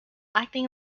acting